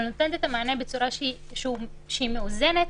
אבל נותנת את המענה בצורה שהיא מאוזנת